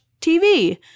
TV